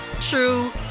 true